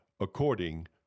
according